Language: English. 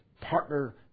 partner